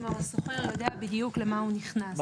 כלומר השוכר יודע בדיוק למה הוא ננכס.